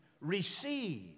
receive